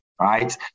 right